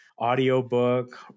audiobook